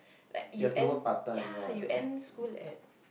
like you end ya you end school at